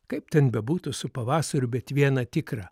kaip ten bebūtų su pavasariu bet vieną tikrą